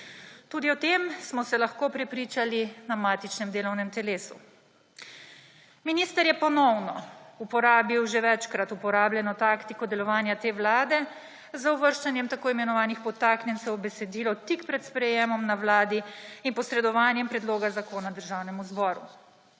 Tudi o tem smo se lahko prepričali na matičnem delovnem telesu. Minister je ponovno uporabil že večkrat uporabljeno taktiko delovanja te vlade z uvrščanjem tako imenovanih potaknjencev v besedilo tik pred sprejetjem na Vladi in posredovanjem predloga zakona Državnemu zboru.